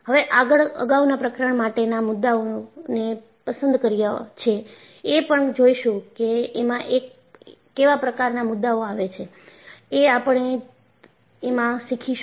હવે આગળ અગાઉના પ્રકરણ માટેના મુદ્દાઓને પસંદ કર્યા છે એ પણ જોઈશું કે એમાં કેવા પ્રકારના મુદ્દાઓ આવે છે એ આપણે એમાં શીખીશું